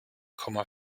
komma